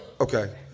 Okay